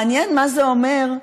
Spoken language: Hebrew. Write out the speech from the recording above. מעניין מה זה אומר,